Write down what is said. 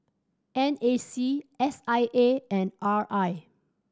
N A C S I A and R I